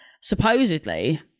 supposedly